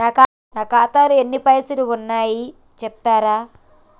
నా ఖాతాలో ఎన్ని పైసలు ఉన్నాయి చెప్తరా?